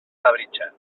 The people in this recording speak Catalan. labritja